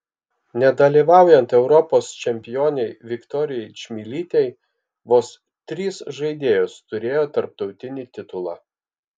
nedalyvaujant europos čempionei viktorijai čmilytei vos trys žaidėjos turėjo tarptautinį titulą